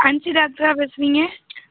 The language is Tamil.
அன்ஸி டாக்டரா பேசுகிறீங்க